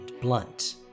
blunt